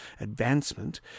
advancement